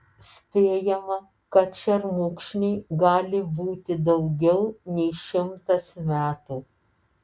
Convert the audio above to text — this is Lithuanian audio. spėjama kad šermukšniui gali būti daugiau nei šimtas metų